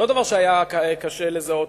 זה לא דבר שהיה קשה לזהות.